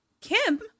Kim